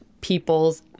people's